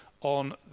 on